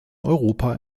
europa